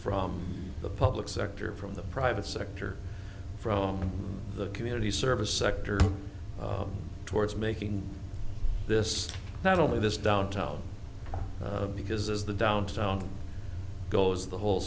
from the public sector from the private sector from the community service sector towards making this not only this downtown because as the downtown goes the whole